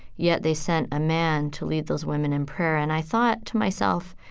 yet they sent a man to lead those women in prayer. and i thought to myself,